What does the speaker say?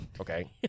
okay